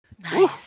Nice